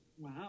Wow